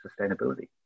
sustainability